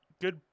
good